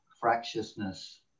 fractiousness